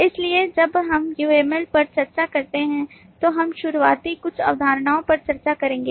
इसलिए जब हम UML पर चर्चा करते हैं तो हम शुरुआती कुछ अवधारणा पर चर्चा करेंगे